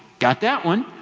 got that one.